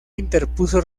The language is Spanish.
interpuso